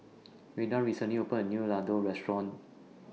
Redden recently opened A New Ladoo Restaurant